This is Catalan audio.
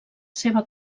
seva